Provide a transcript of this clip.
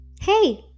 Hey